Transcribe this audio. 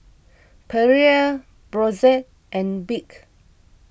Perrier Brotzeit and Bic